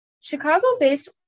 Chicago-based